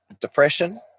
depression